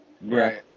right